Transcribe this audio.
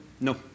No